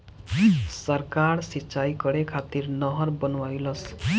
सरकार सिंचाई करे खातिर नहर बनवईलस